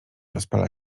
rozpala